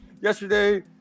yesterday